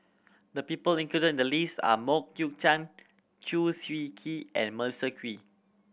the people included in the list are Mok Ying Jang Chew Swee Kee and Melissa Kwee